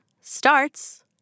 starts